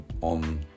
on